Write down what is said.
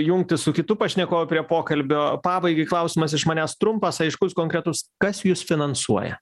jungtis su kitu pašnekovu prie pokalbio pabaigai klausimas iš manęs trumpas aiškus konkretus kas jus finansuoja